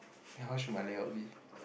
then how should my layout be